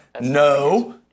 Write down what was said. no